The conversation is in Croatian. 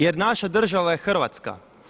Jer naša država je Hrvatska.